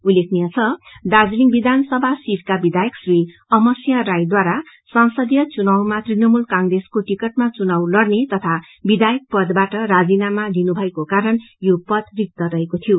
उललेखनीय छ दार्जीलिङ विधानसभा सिटका विधायक श्री अमरसिंह राई द्वारा संसदीय चुनावमा तृणमूल कांग्रेसको टिकटमा चुनाव लड़ने तथा विधायक पदाबाट राजीनामा दिएको कारण यो पद रिक्त भएको शीियो